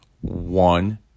One